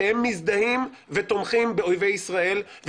שהם מזדהים ותומכים באויבי ישראל.